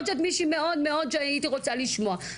אז מאוד חשוב לנו,